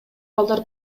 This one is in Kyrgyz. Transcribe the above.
балдар